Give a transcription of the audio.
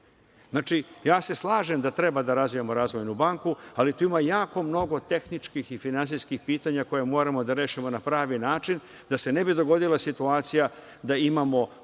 drugi. Znači, slažem se da treba da razvijamo Razvojnu banku ali tu ima jako mnogo tehničkih i finansijskih pitanja koja moramo da rešimo na pravi način da se ne bi dogodila situacija da imamo